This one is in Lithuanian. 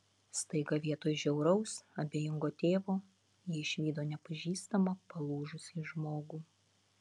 staiga vietoj žiauraus abejingo tėvo ji išvydo nepažįstamą palūžusį žmogų